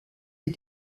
des